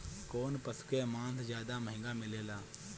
कौन पशु के मांस ज्यादा महंगा मिलेला?